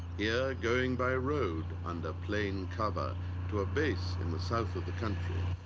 yeah going by road under plain cover to a base in the south of the country.